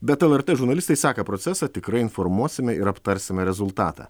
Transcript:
bet lrt žurnalistai seka procesą tikrai informuosime ir aptarsime rezultatą